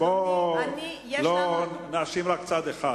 אז בוא ולא נאשים רק צד אחד.